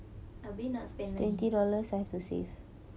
habis nak spend lagi